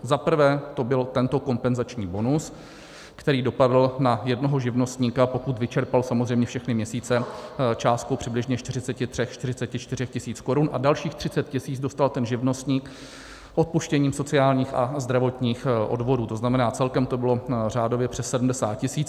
Za prvé to byl tento kompenzační bonus, který dopadl na jednoho živnostníka, pokud vyčerpal samozřejmě všechny měsíce, částkou přibližně 4344 tis. korun, a dalších 30 tis. dostal ten živnostník odpuštěním sociálních a zdravotních odvodů, tzn. celkem to bylo řádově přes 70 tis.